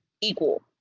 equal